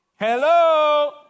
Hello